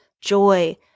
joy